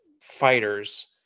fighters